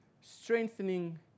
strengthening